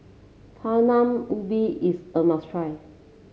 Talam Ubi is a must try